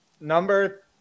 Number